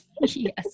Yes